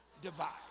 divide